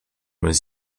was